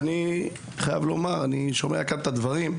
אני שומע כאן את הדברים.